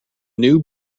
new